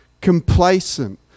complacent